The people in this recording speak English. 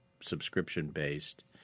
subscription-based